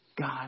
God